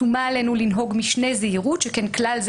שומה עלינו לנהוג משנה זהירות שכן כלל זה